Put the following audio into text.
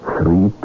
Three